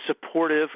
supportive